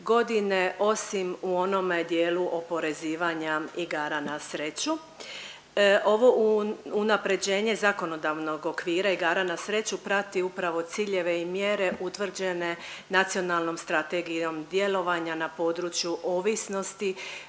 g. osim u onome dijelu oporezivanja igara na sreću. Ovo unaprjeđenje zakonodavnog okvira igara na sreću prati upravo ciljeve i mjere utvrđene nacionalnom strategijom djelovanja na području ovisnosti